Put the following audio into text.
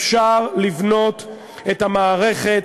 שאפשר לבנות את המערכת,